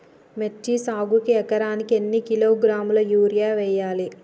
మిర్చి సాగుకు ఎకరానికి ఎన్ని కిలోగ్రాముల యూరియా వేయాలి?